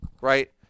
right